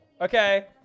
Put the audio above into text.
Okay